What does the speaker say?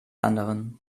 anderen